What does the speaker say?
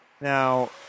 Now